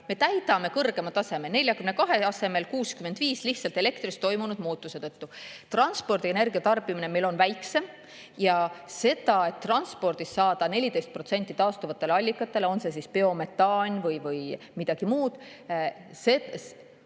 me [jõuame] kõrgemale tasemele, 42 asemel 65‑le lihtsalt elektriga toimunud muutuste tõttu. Transpordi energiatarbimine on meil väiksem. See, et transpordis saada 14% taastuvatele allikatele, on see siis biometaan või midagi muud, on